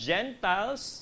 Gentiles